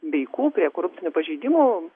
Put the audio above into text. veikų prie korupcinių pažeidimų